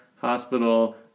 hospital